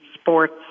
sports